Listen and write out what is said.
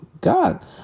God